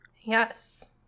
Yes